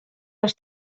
les